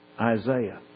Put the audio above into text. Isaiah